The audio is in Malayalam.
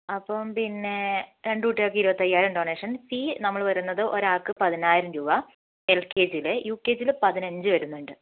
അപ്പം പിന്നെ രണ്ട് കുട്ടികൾക്ക് ഇരുപത്തയ്യായിരം ഡൊണേഷൻ ഫീ നമ്മൾ വരുന്നത് ഒരാൾക്ക് പതിനായിരം രൂപ എൽ കെ ജിയിൽ യു കെ ജിയിൽ പതിനഞ്ച് വരുന്നുണ്ട്